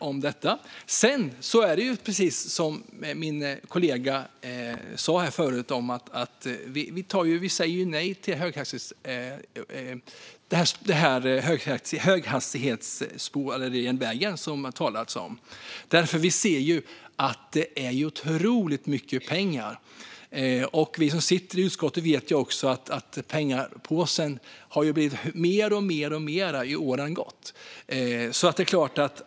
Sedan är det, precis som min kollega sa här förut, så att vi säger nej till den här höghastighetsjärnvägen som det har talats om. Vi ser att det är otroligt mycket pengar. Vi som sitter i utskottet vet ju också att det handlar om en allt större pengapåse ju mer åren har gått.